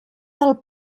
del